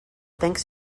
thanks